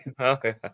Okay